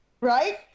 right